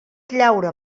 llaura